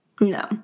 No